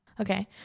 okay